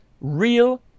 real